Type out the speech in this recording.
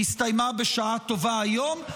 שהסתיימה בשעה טובה היום.